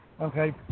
Okay